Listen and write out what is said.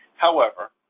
however,